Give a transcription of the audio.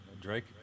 Drake